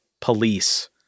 police